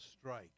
Strike